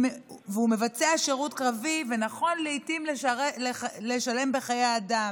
הוא מבצע שירות קרבי ונכון לעיתים לשלם בחיי אדם,